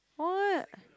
what